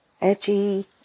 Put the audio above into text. edgy